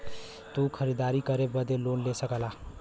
तू खरीदारी करे बदे लोन ले सकला